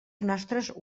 nostres